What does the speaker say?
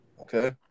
okay